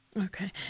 Okay